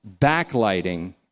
backlighting